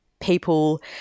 people